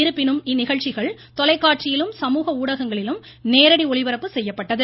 இருப்பினும் இந்நிகழ்ச்சிகள் தொலைக்காட்சியிலும் சமூக உளடகங்களிலும் நேரடி ஒளிபரப்பு செய்யப்படுகிறது